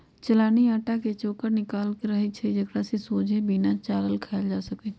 चलानि अटा के चोकर निकालल रहै छइ एकरा सोझे बिना चालले खायल जा सकै छइ